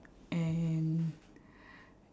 and